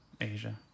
Asia